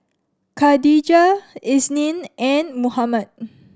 Khatijah Isnin and Muhammad